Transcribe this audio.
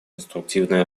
конструктивное